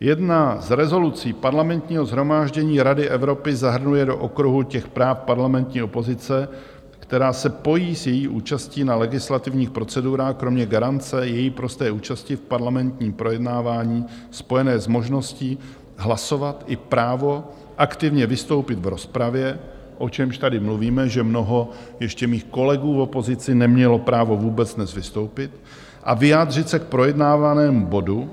Jedna z rezolucí Parlamentního shromáždění Rady Evropy zahrnuje do okruhu těch práv parlamentní opozice, která se pojí s její účastí na legislativních procedurách, kromě garance její prosté účasti v parlamentním projednávání spojené s možností hlasovat i právo aktivně vystoupit v rozpravě, o čemž tady mluvíme, že ještě mnoho mých kolegů v opozici nemělo právo vůbec dnes vystoupit a vyjádřit se k projednávanému bodu,